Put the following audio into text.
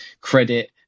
credit